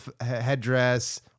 headdress